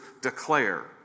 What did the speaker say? declare